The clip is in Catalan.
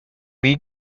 dir